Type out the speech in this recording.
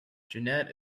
janet